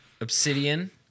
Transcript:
Obsidian